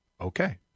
Okay